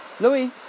Louis